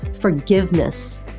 forgiveness